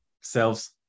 selves